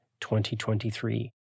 2023